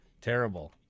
Terrible